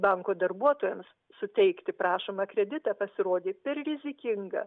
banko darbuotojams suteikti prašomą kreditą pasirodė per rizikinga